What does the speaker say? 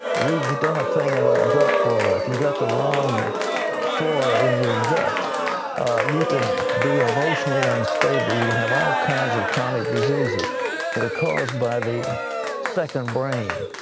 we've done a thing about gut flora. if you have the wrong flora in your gut you can be emotionally unstable. you can have all kinds of chronic diseases that are caused by the second brain.